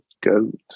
goat